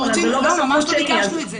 לא, ממש לא ביקשנו את זה.